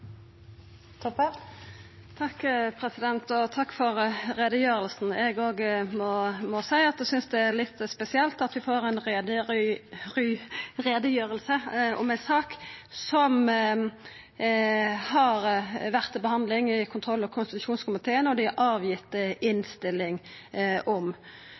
Takk for utgreiinga. Eg må òg seia at eg synest det er litt spesielt at vi får ei utgreiing om ei sak som har vore til behandling i kontroll- og konstitusjonskomiteen, og som dei har lagt fram innstilling om.